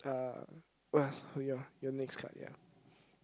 uh yeah so your your next card yeah